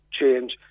change